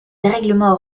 dérèglement